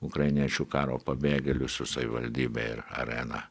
ukrainiečių karo pabėgėlių su savivaldybe ir arena